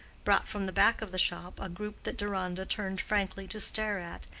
brought from the back of the shop a group that deronda turned frankly to stare at,